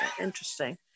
Interesting